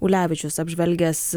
ulevičius apžvelgęs